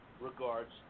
regards